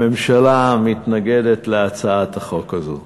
הממשלה מתנגדת להצעת החוק הזאת.